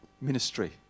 ministry